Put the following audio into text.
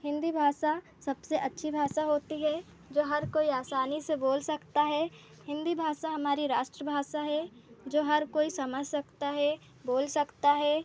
हिन्दी भाषा सबसे अच्छी भाषा होती है जो हर कोई आसानी से बोल सकता है हिन्दी भाषा हमारी राष्ट्रभाषा है जो हर कोई समझ सकता है बोल सकता है